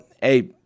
hey